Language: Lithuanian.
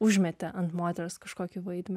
užmetė ant moters kažkokį vaidmenį